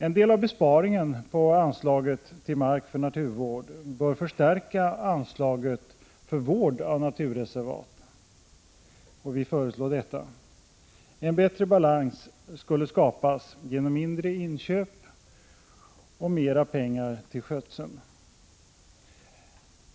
En del av besparingen på anslaget till mark för naturvård bör förstärka anslaget för vård av naturreservat. Vi föreslår detta. En bättre balans skulle skapas genom mindre inköp och mer pengar till skötseln.